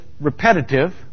repetitive